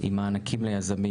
עם מענקים ליזמים.